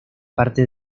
parte